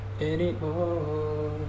anymore